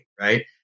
right